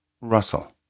Russell